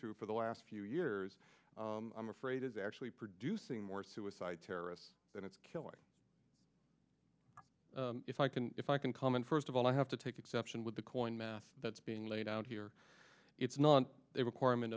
through for the last few years i'm afraid is actually producing more suicide terrorists than it's killing if i can if i can comment first of all i have to take exception with the coin math that's being laid out here it's not a requirement